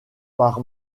par